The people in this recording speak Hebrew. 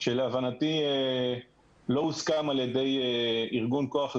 שלהבנתי לא הוסכם על-ידי ארגון כוח לעובדים.